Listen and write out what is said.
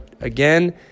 again